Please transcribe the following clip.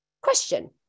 Question